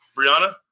Brianna